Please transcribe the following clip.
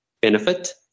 benefit